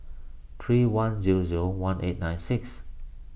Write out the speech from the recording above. three one zero zero one eight nine six